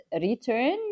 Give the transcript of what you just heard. return